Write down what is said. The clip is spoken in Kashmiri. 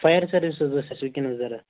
فایَر سٔروِس حظ ٲس اَسہِ وُنکٮ۪نَس ضروٗرت